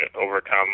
overcome